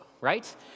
Right